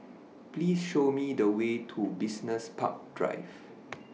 Please Show Me The Way to Business Park Drive